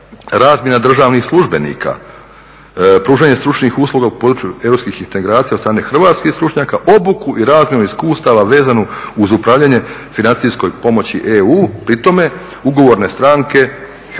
Razmjena državnih službenika, pružanje stručnih usluga u području europskih integracija od strane hrvatskih stručnjaka, obuku i razmjenu iskustava vezanu uz upravljanje financijskoj pomoći EU pri tome ugovorne stranke pripremit